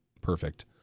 perfect